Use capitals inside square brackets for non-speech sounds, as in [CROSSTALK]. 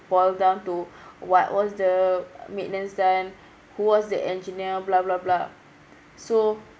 boil down to [BREATH] what was the maintenance done who was the engineer blah blah blah so